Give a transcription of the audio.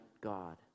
God